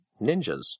ninjas